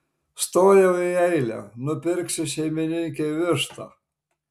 stojau į eilę nupirksiu šeimininkei vištą